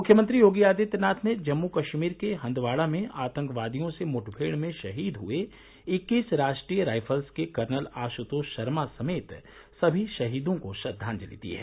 मुख्यमंत्री योगी आदित्यनाथ ने जम्मू कश्मीर के हंदवाड़ा में आतंकवादियों से मुठभेड़ में शहीद हुए इक्कीस राष्ट्रीय राइफल्स के कर्नल आश्तोष शर्मा समेत समी शहीदों को श्रद्वांजलि दी है